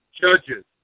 judges